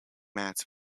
mats